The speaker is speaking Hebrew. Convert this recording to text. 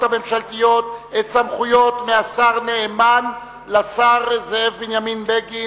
הממשלתיות סמכויות מהשר נאמן לשר זאב בנימין בגין.